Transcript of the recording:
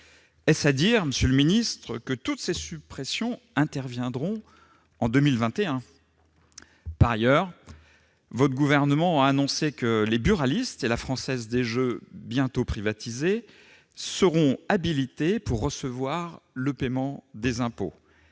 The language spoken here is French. Est-ce à dire, monsieur le secrétaire d'État, que toutes ces suppressions interviendront en 2021 ? Par ailleurs, votre gouvernement a annoncé que les buralistes et la Française des jeux, bientôt privatisée, seront habilités à recevoir le paiement des impôts.